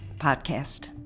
Podcast